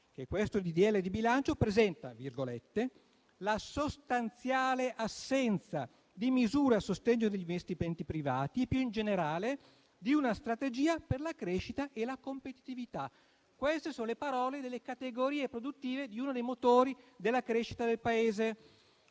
legge di bilancio presenta «la sostanziale assenza di misure a sostegno degli investimenti privati e più in generale di una strategia per la crescita e la competitività». Queste sono le parole delle categorie produttive di uno dei motori della crescita del Paese.